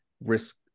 risk